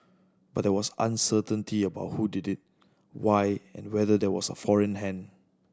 but there was uncertainty about who did it why and whether there was a foreign hand